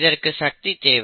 இதற்கு சக்தி தேவை